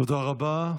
תודה רבה.